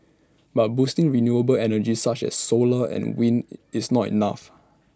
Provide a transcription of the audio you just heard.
but boosting renewable energy such as solar and wind is not enough